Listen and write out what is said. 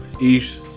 eat